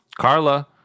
Carla